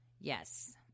Yes